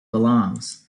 belongs